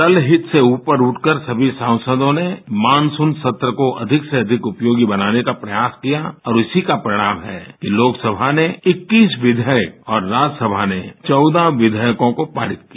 दलहित से ऊपर उठकर सभी सांसदों ने मानसून सत्र को अधिक से अधिक उपयोगी बनाने का प्रयास किया और इसी का परिणाम है कि लोकसभा ने इक्कीस विधेयक और राज्यसभा ने चौदह विधेयकों को पारित किया